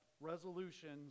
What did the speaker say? resolutions